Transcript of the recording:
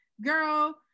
Girl